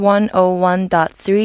101.3